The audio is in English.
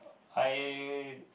I